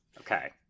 Okay